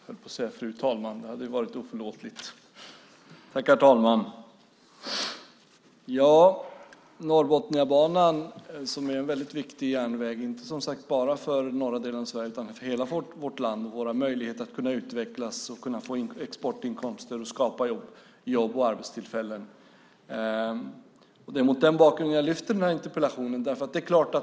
Herr talman! Norrbotniabanan är som sagt en viktig järnväg inte bara för norra delen av Sverige utan för hela vårt land och för våra möjligheter att utvecklas, få exportinkomster och skapa arbetstillfällen. Det är mot den bakgrunden jag ställt interpellationen.